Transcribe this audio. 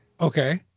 Okay